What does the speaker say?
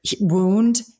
wound